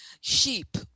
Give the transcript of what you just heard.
sheep